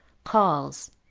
calls,